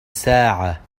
ساعة